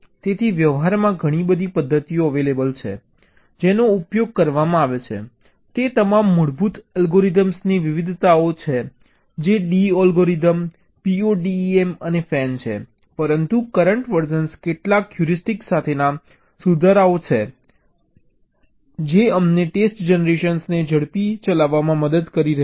તેથી વ્યવહારમાં ઘણી બધી પદ્ધતિઓ છે જેનો ઉપયોગ કરવામાં આવે છે તે તમામ મૂળભૂત અલ્ગોરિધમ્સ ની વિવિધતાઓ છે જે D અલ્ગોરિધમ PODEM અને FAN છે પરંતુ કરન્ટ વર્ઝન્સ કેટલાક હ્યુરિસ્ટિક્સ સાથેના સુધારાઓ છે જે અમને ટેસ્ટ જનરેશનને ઝડપથી ચલાવવામાં મદદ કરે છે